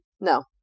No